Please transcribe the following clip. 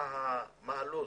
בסדר,